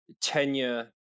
Tenure